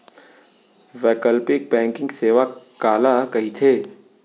वैकल्पिक बैंकिंग सेवा काला कहिथे?